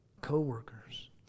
co-workers